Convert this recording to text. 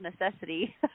necessity